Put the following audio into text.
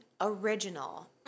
original